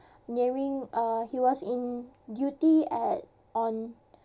nearing uh he was in duty at on